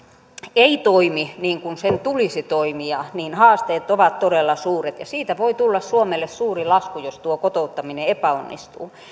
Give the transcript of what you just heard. ei toimi niin kuin sen tulisi toimia niin haasteet ovat todella suuret siitä voi tulla suomelle suuri lasku jos tuo kotouttaminen epäonnistuu